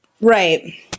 right